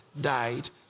died